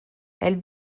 elle